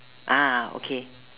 ah okay